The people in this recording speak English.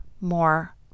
more